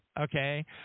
okay